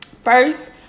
First